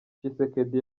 tshisekedi